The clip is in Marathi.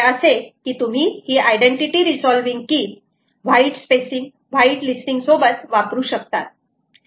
ते असे की तुम्ही ही आयडेंटिटी रिसॉल्विंग की व्हाईट स्पेसिंग व्हाईट लिस्टिंग सोबत वापरू शकतात